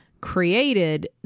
created